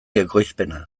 ekoizpena